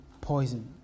poison